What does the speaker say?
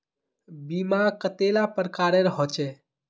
बीमा कतेला प्रकारेर होचे?